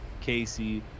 casey